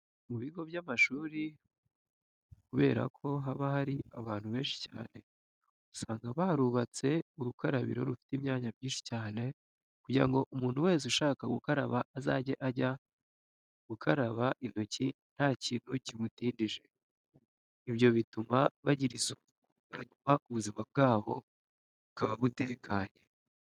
Mu bigo by'amashuri kubera ko haba hari abantu benshi cyane, usanga barubatse urukarabiro rufite imyanya myinshi cyane kugira ngo umuntu wese ushaka gukaraba azajye ajya gukara intoki nta kintu kimutindije. Ibyo bituma bagira isuku, hanyuma ubuzima bwabo bukaba butekanye.